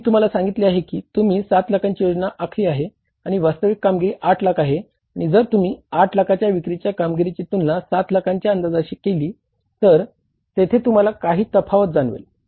मी तुम्हाला सांगितले आहे की तुम्ही 7 लाखांची योजना आखली आहे आणि वास्तविक कामगिरी 8 लाख आहे आणि जर तुम्ही 8 लाखाच्या विक्रीच्या कामगिरीची तुलना 7 लाखाच्या अंदाजाशी केली तर तेथे तुम्हाला काही तफावत जाणवेल